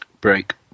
Break